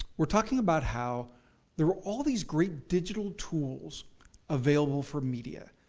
were talking about how there are all these great digital tools available for media.